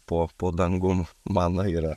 po po dangum mano yra